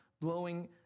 blowing